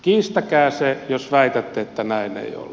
kiistäkää se jos väitätte että näin ei ole